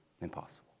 Impossible